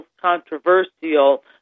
controversial